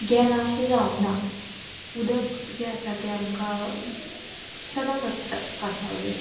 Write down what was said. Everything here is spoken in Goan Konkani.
गेलां अशें जावंक ना उदक जें आसा तें आमकां सदांच आसता कांसावलीन